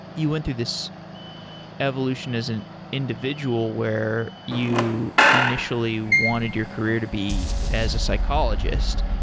you went to this evolution as an individual where you initially wanted your career to be as a psychologist,